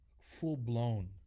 full-blown